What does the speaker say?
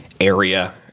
area